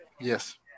Yes